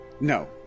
no